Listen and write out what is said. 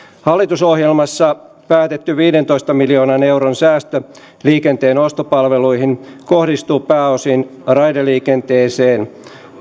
hallitusohjelmassa päätetty viidentoista miljoonan euron säästö liikenteen ostopalveluihin kohdistuu pääosin raideliikenteeseen